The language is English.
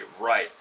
right